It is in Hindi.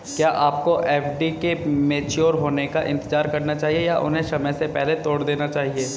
क्या आपको एफ.डी के मैच्योर होने का इंतज़ार करना चाहिए या उन्हें समय से पहले तोड़ देना चाहिए?